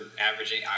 averaging